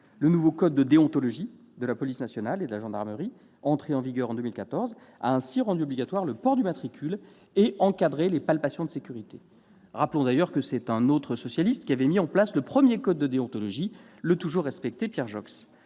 le nouveau code de déontologie de la police nationale et de la gendarmerie, entré en vigueur en 2014, a ainsi rendu obligatoire le port du matricule et encadré les palpations de sécurité. Rappelons d'ailleurs que c'est un autre socialiste qui avait mis en place le premier code de déontologie, le toujours respecté Pierre Joxe.